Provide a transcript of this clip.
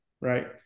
right